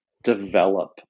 Develop